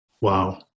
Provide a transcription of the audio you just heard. Wow